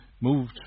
moved